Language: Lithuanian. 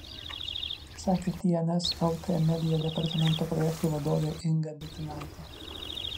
sakė tns lt media departamento projektų vadovė inga bitinaitė